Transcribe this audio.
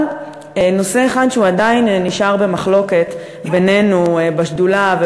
אבל נושא אחד שעדיין נשאר במחלוקת בינינו, בשדולה,